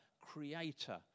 Creator